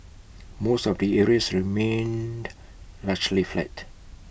most of the areas remained largely flat